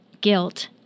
guilt